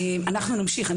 אנחנו נמשיך.